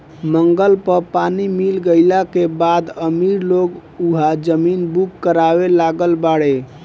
मंगल पर पानी मिल गईला के बाद अमीर लोग उहा जमीन बुक करावे लागल बाड़े